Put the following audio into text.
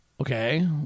Okay